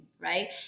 Right